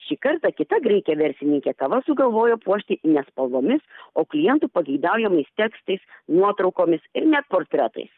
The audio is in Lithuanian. šį kartą kita graikė verslininkė kavas sugalvojo puošti ne spalvomis o klientų pageidaujamais tekstais nuotraukomis ir net portretais